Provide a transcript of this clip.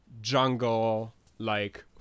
jungle-like